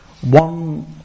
One